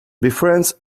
befriends